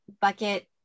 bucket